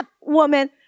woman